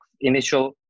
initial